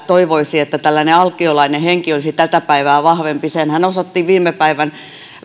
toivoisi että tällainen alkiolainen henki olisi tämänpäiväistä vahvempi senhän osoittivat viime päivän